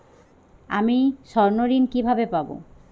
আমি স্বর্ণঋণ কিভাবে পাবো?